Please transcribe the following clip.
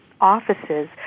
offices